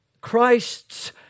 Christ's